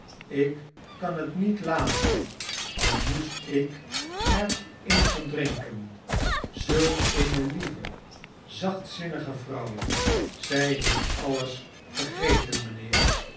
vervolgde toen ikkanhet niet laten al moest ik er in verdrinken zulk eene lieve zachtzinnige vrouw zij heeft alles vergeten mijnheer